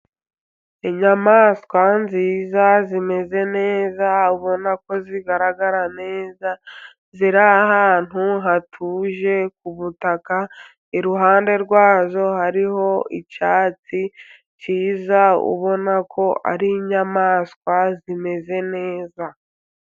Inyamaswa nziza zimeze neza ubona ko zigaragara neza. Ziri ahantu hatuje ku butaka iruhande rwazo. Hariho icyatsi cyiza ubona ko ari inyamaswa zimeze neza.